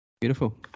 Beautiful